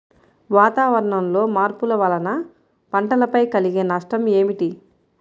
వాతావరణంలో మార్పుల వలన పంటలపై కలిగే నష్టం ఏమిటీ?